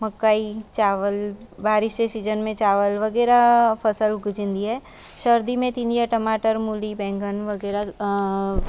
मकई चांवर बारिश जे सीज़न में वग़ैरह फसल उगजंदी आहे सर्दी में थींदी आहे टमाटर मूली बैंगन वग़ैरह